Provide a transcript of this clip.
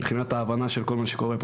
מבחינת ההבנה של כל מה שקורה פה.